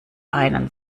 einen